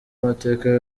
amateka